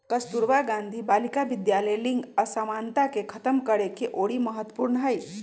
कस्तूरबा गांधी बालिका विद्यालय लिंग असमानता के खतम करेके ओरी महत्वपूर्ण हई